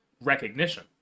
recognition